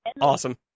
awesome